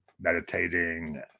meditating